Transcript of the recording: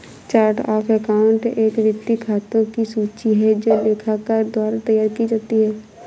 chart of account एक वित्तीय खातों की सूची है जो लेखाकार द्वारा तैयार की जाती है